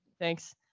Thanks